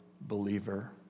believer